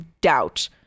doubt